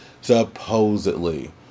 Supposedly